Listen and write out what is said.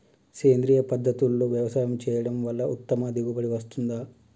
సేంద్రీయ పద్ధతుల్లో వ్యవసాయం చేయడం వల్ల ఉత్తమ దిగుబడి వస్తుందా?